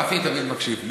גפני תמיד מקשיב לי.